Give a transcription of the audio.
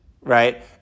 right